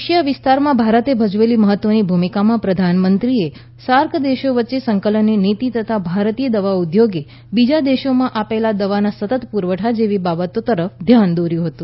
Asia વિસ્તારમાં ભારતે ભજવેલી મહત્વની ભૂમિકામાં પ્રધાનમંત્રીએ સાર્ક દેશો વચ્ચે સંકલનની નીતી તથા ભારતીય દવા ઉદ્યોગે બીજા દેશોમાં આપેલ દવાના સતત પુરવઠા જેવી બાબતો તરફ ધ્યાન દોર્યુ હતું